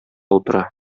утыра